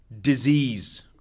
Disease